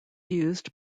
used